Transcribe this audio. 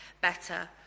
better